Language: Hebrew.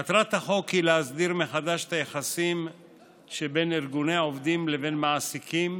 מטרת החוק היא להסדיר מחדש את היחסים שבין ארגוני עובדים לבין מעסיקים